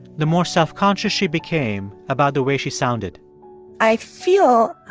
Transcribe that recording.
the more self-conscious she became about the way she sounded i feel